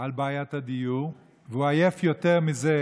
על בעיית הדיור, והוא עייף יותר מזה